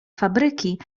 fabryki